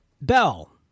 Bell